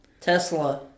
Tesla